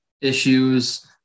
issues